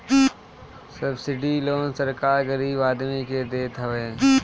subsidy loan सरकार गरीब आदमी के देत हवे